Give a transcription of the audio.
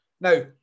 Now